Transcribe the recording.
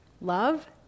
love